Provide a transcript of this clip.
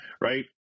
right